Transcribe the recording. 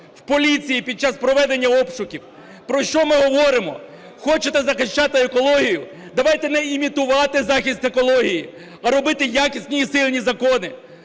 у поліції під час проведення обшуків. Про що ми говоримо? Хочете захищати екологію, давайте не імітувати захист екології, а робити якісні і сильні закони.